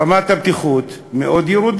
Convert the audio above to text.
רמת הבטיחות ירודה מאוד,